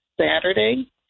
Saturday